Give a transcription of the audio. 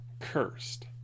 cursed